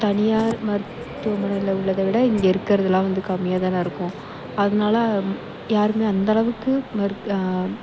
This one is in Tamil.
தனியார் மருத்துவமனையில் உள்ளதை விட இங்கே இருக்கிறதெல்லாம் வந்து கம்மியாகதான் இருக்கும் அதனால யாருக்குமே அந்தளவுக்கு மருத்